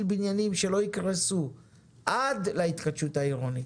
בניינים שלא יקרסו עד להתחדשות העירונית.